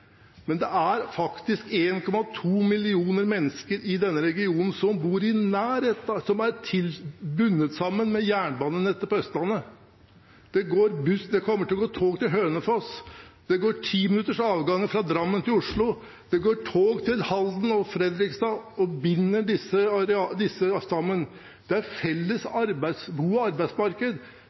Men det er faktisk 1,2 millioner mennesker i denne regionen, som er bundet sammen med jernbanenettet på Østlandet. Det kommer til å gå tog til Hønefoss. Hvert tiende minutt er det avgang fra Drammen til Oslo. Det går tog til Halden og Fredrikstad og binder dem sammen. Det er felles bo- og arbeidsmarked.